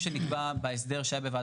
העיקר שהגענו לפתרון הזה כי זה מה שחשוב.